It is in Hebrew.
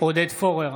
עודד פורר,